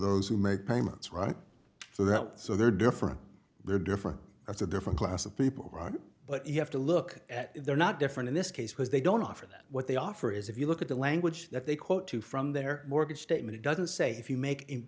those who make payments right so that so they're different they're different it's a different class of people but you have to look at they're not different in this case because they don't offer that what they offer is if you look at the language that they quote to from their mortgage statement it doesn't say if you make